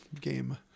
game